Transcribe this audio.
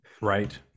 Right